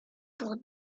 pour